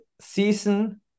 season